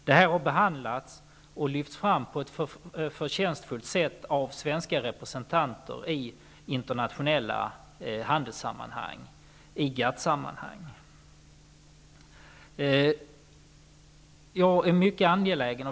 Det här har behandlats och lyfts fram på ett förtjänstfullt sätt av svenska representanter i internationella handelssammanhang och i GATT sammanhang.